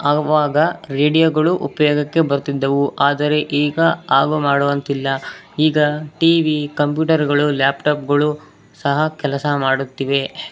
ಆವಾಗ ರೇಡಿಯೋಗಳು ಉಪಯೋಗಕ್ಕೆ ಬರ್ತಿದ್ದವು ಆದರೆ ಈಗ ಹಾಗೂ ಮಾಡುವಂತಿಲ್ಲ ಈಗ ಟಿ ವಿ ಕಂಪ್ಯೂಟರ್ಗಳು ಲ್ಯಾಪ್ಟಾಪ್ಗಳು ಸಹ ಕೆಲಸ ಮಾಡುತ್ತಿವೆ